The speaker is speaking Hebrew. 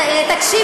תקשיב.